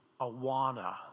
Awana